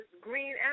green